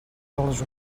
les